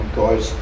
guys